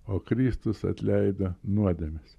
o kristus atleido nuodėmes